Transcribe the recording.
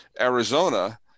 Arizona